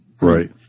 right